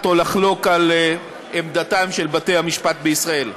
או לחלוק על עמדתם של בתי-המשפט בישראל.